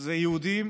זה יהודים